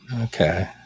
okay